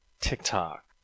TikTok